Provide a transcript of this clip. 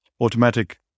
automatic